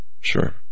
Sure